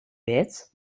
bed